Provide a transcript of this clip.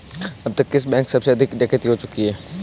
अब तक किस बैंक में सबसे अधिक डकैती हो चुकी है?